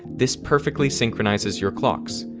this perfectly synchronizes your clocks.